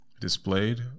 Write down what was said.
displayed